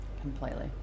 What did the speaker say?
completely